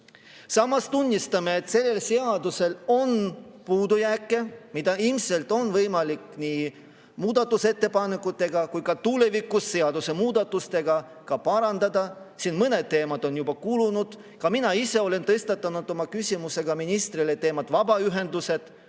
Samas tunnistame, et sellel seadusel on puudujääke, mida ilmselt on võimalik nii muudatusettepanekutega kui tulevikus ka seadusemuudatustega parandada. Mõned teemad on juba kulunud. Ka mina ise olen tõstatanud oma küsimuses ministrile vabaühenduste